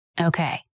Okay